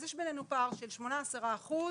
אז יש בייננו פער של 8-10 אחוז,